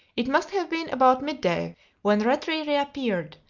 it must have been about mid-day when rattray reappeared,